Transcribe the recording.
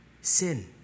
Sin